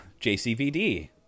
JCVD